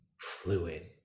fluid